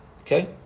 Okay